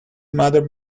mother